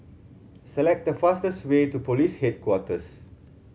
select the fastest way to Police Headquarters